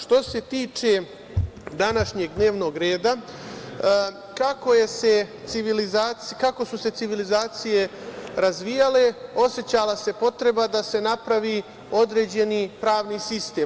Što se tiče današnjeg dnevnog reda, kako su se civilizacije razvijale, osećala se potreba da se napravi određeni pravni sistem.